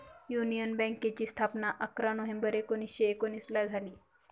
union बँकेची स्थापना अकरा नोव्हेंबर एकोणीसशे एकोनिसला झाली